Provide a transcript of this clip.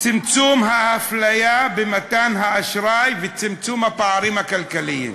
צמצום האפליה במתן האשראי וצמצום הפערים הכלכליים.